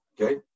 okay